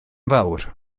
fawr